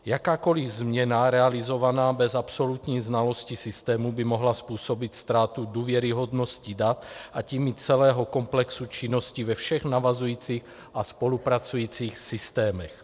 Jakákoliv změna realizovaná bez absolutní znalosti systému by mohla způsobit ztrátu důvěryhodnosti dat, a tím i celého komplexu činnosti ve všech navazujících a spolupracujících systémech.